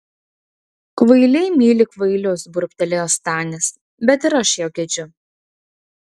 kvailiai myli kvailius burbtelėjo stanis bet ir aš jo gedžiu